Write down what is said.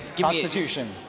Constitution